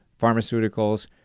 pharmaceuticals